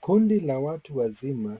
Kundi la watu wazima,